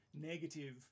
negative